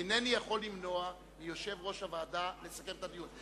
אינני יכול למנוע מיושב-ראש הוועדה לסכם את הדיון.